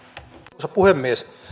arvoisa puhemies